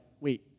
wait